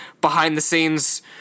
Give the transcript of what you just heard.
behind-the-scenes